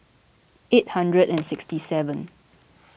eight hundred and sixty seven